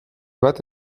bat